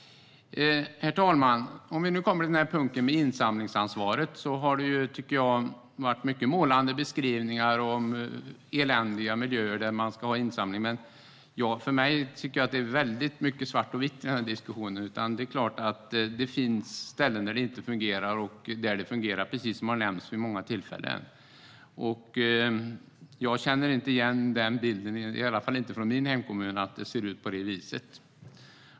Herr talman! Om vi går till punkten om insamlingsansvar tycker jag att det har varit mycket målande beskrivningar om eländiga miljöer där man ska ha insamling, men det är mycket svart och vitt i diskussionen. Det är klart att det finns ställen där det inte fungerar, såsom har nämnts vid många tillfällen. Jag känner inte igen bilden att det ser ut på det viset, i alla fall inte i min hemkommun.